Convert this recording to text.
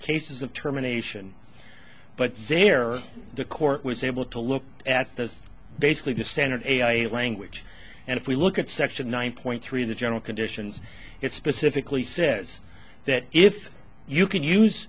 cases of terminations but there the court was able to look at those basically the standard a i a language and if we look at section one point three of the general conditions it specifically says that if you can use